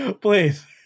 please